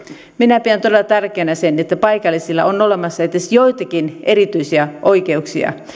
minä pidän todella tärkeänä sitä että paikallisilla on olemassa edes joitakin erityisiä oikeuksia